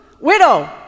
widow